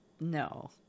no